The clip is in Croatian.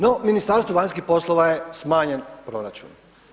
No, Ministarstvu vanjskih poslova je smanjen proračun.